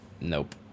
Nope